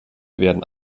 werden